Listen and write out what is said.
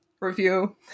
review